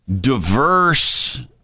diverse